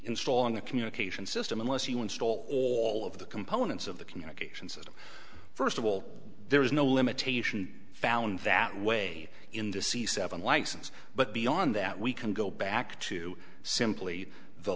installing a communication system unless you install all of the components of the communication system first of all there is no limitation found that way in the c seven license but beyond that we can go back to simply the